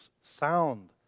sound